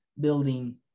building